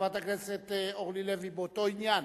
חברת הכנסת אורלי לוי, באותו עניין.